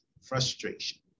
frustration